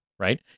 right